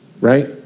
right